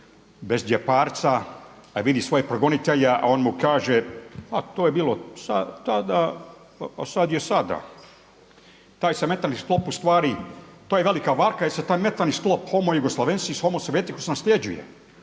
bez đeparca, a vidi svojeg progonitelja, a on mu kaže a to je bilo tada, a sad je sada. Taj se mentalni sklop u stvari, to je velika varka jer se taj mentalni sklop homojugoslavenski, …/Govornik se ne